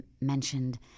mentioned